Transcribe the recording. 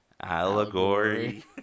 Allegory